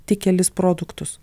tik kelis produktus